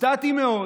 הופתעתי מאוד